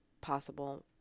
possible